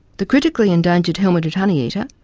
the critically endangered helmeted honeyeater,